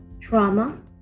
trauma